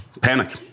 panic